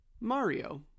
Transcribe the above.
Mario